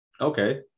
Okay